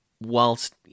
whilst